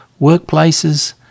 workplaces